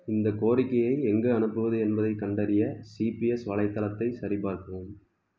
இந்தக் கோரிக்கையை எங்கு அனுப்புவது என்பதைக் கண்டறிய சிபிஎஸ் வலைத்தளத்தைச் சரிபார்க்கவும்